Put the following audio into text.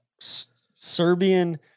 Serbian